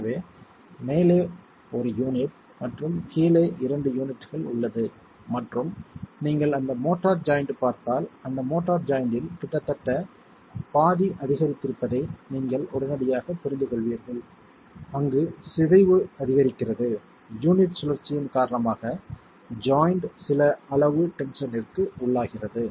எனவே மேலே ஒரு யூனிட் மற்றும் கீழே இரண்டு யூனிட்கள் உள்ளது மற்றும் நீங்கள் அந்த மோர்ட்டார் ஜாய்ண்ட் பார்த்தால் அந்த மோர்டார் ஜாய்ண்ட்டில் கிட்டத்தட்ட பாதி அதிகரித்திருப்பதை நீங்கள் உடனடியாகப் புரிந்துகொள்வீர்கள் அங்கு சிதைவு அதிகரிக்கிறது யூனிட் சுழற்சியின் காரணமாக ஜாய்ண்ட் சில அளவு டென்சனிற்கு உள்ளாகிறது